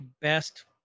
best